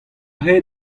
rae